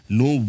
no